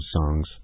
songs